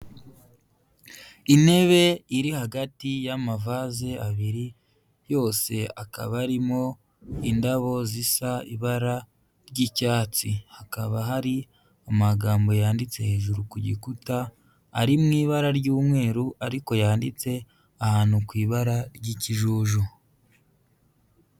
Intebe iri hagati y'amavase abiri yose akaba arimo indabo zisa ibara ry'icyatsi, hakaba hari amagambo yanditse hejuru ku gikuta ari mu ibara ry'umweru, ariko yanditse ahantu ku ibara ry'ikijuju.